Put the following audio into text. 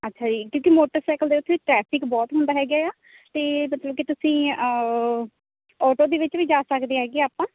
ਅੱਛਾ ਜੀ ਕਿਉਂਕਿ ਮੋਟਰਸਾਈਕਲ ਦੇ ਉੱਥੇ ਟਰੈਫਿਕ ਬਹੁਤ ਹੁੰਦਾ ਹੈਗਾ ਆ ਅਤੇ ਮਤਲਬ ਕਿ ਤੁਸੀਂ ਆਟੋ ਦੇ ਵਿੱਚ ਵੀ ਜਾ ਸਕਦੇ ਹੈਗੇ ਆਪਾਂ